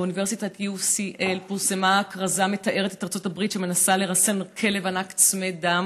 ב-UCL פורסמה כרזה המתארת את ארצות הברית שמנסה לרסן כלב ענק צמא דם